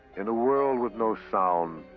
in a world with no sound,